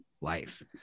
life